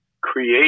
create